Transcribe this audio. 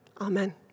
Amen